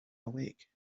awake